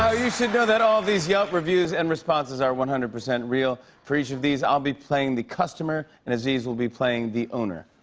ah you should know that all these yelp reviews and responses are one hundred percent real. for each of these, i'll be playing the customer, and aziz will be playing the owner,